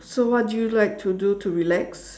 so what do you like to do to relax